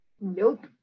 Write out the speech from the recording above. Nope